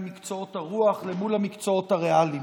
מקצועות הרוח מול המקצועות הריאליים.